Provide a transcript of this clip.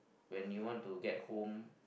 when you want to get home